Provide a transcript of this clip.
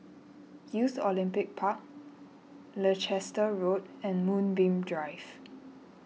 Youth Olympic Park Leicester Road and Moonbeam Drive